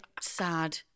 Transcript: sad